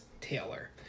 Taylor